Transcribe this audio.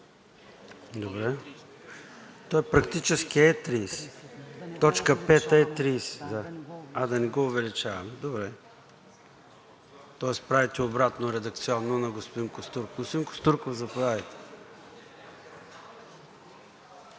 Добре. Той практически е 30 дни. Точка пета е 30 дни, да. А, да не го увеличаваме? Добре. Тоест правите обратно редакционно на господин Костурков. Господин Костурков, заповядайте.